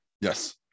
Yes